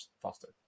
faster